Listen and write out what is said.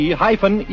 hyphen